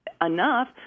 enough